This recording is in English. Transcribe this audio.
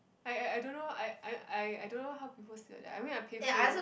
I I don't know I I I I don't know how people sleep like that I mean I pay full